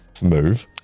move